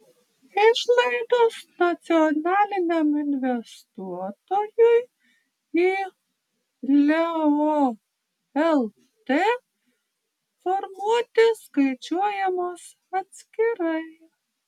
išlaidos nacionaliniam investuotojui į leo lt formuoti skaičiuojamos atskirai